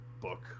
book